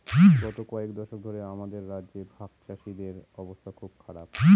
গত কয়েক দশক ধরে আমাদের রাজ্যে ভাগচাষীদের অবস্থা খুব খারাপ